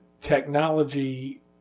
technology